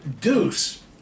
deuce